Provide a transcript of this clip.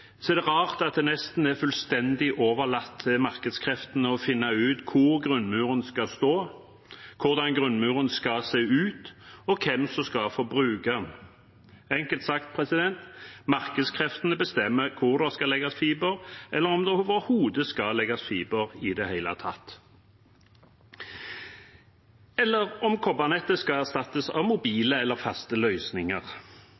fullstendig overlatt til markedskreftene å finne ut hvor grunnmuren skal stå, hvordan grunnmuren skal se ut, og hvem som skal få bruke den. Enkelt sagt: Markedskreftene bestemmer hvor det skal legges fiber, eller om det skal legges fiber i det hele tatt – eller om kobbernettet skal erstattes av